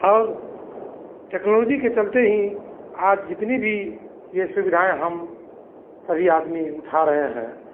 और टेक्नोलॉजी के चलते ही आज जितनी भी यह सुविधाएँ हम सभी आदमी उठा रहे हैं